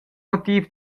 motiv